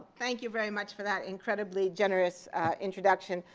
thank you very much for that incredibly generous introduction.